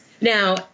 Now